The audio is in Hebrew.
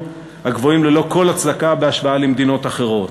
הגבוהים ללא כל הצדקה בהשוואה למדינות אחרות,